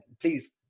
Please